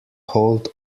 hold